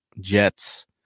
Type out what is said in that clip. Jets